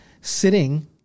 sitting